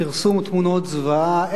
פרסום תמונות זוועה,